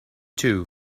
two